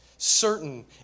certain